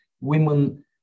women